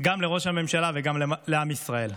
גם לראש הממשלה וגם לעם ישראל: